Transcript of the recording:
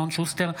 אלון שוסטר,